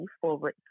forward